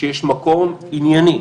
שיש מקום ענייני,